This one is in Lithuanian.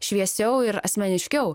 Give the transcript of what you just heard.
šviesiau ir asmeniškiau